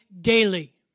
daily